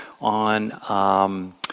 on